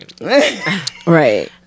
right